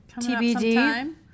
TBD